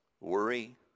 worry